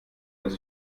dass